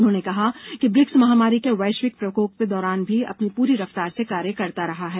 उन्होंने कहा कि ब्रिक्स महामारी के वैश्विक प्रकोप के दौरान भी अपनी पूरी रफ्तार से कार्य करता रहा है